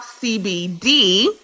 CBD